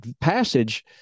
passage